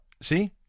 see